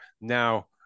now